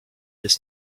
his